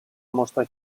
mostra